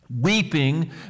weeping